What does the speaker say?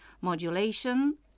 modulation